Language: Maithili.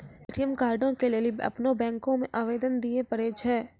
ए.टी.एम कार्डो के लेली अपनो बैंको मे आवेदन दिये पड़ै छै